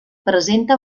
presenta